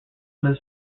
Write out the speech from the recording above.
this